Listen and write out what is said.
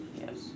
Yes